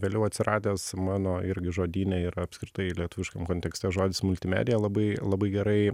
vėliau atsiradęs mano irgi žodyne ir apskritai lietuviškam kontekste žodis multimedija labai labai gerai